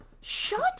shut